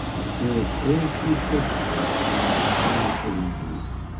occurs all too frequently with spinal cord injuries.